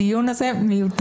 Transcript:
הדיון הזה מיותר.